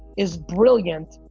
is brilliant.